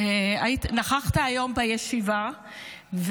נכחת היום בישיבה,